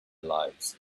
lives